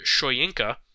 Shoyinka